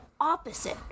opposite